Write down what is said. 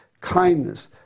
kindness